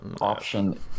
option